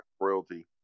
royalty